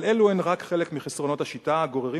אבל אלו הם רק חלק מחסרונות השיטה הגוררים